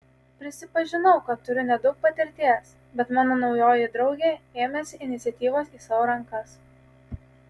prisipažinau kad turiu nedaug patirties bet mano naujoji draugė ėmėsi iniciatyvos į savo rankas